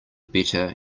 better